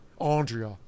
Andrea